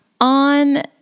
on